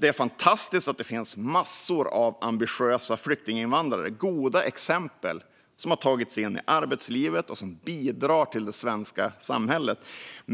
Det är fantastiskt att det finns massor av goda exempel på ambitiösa flyktinginvandrare som har tagit sig in i arbetslivet och bidrar till det svenska samhället.